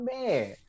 man